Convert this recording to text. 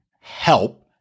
help